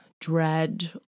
dread